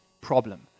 problem